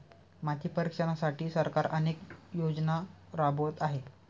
माती परीक्षणासाठी सरकार अनेक योजना राबवत आहे